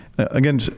Again